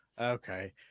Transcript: Okay